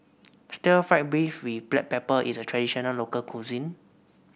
Stir Fried Beef with Black Pepper is a traditional local cuisine